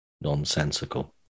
nonsensical